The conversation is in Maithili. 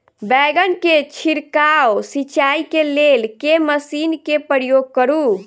बैंगन केँ छिड़काव सिचाई केँ लेल केँ मशीन केँ प्रयोग करू?